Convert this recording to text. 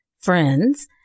friends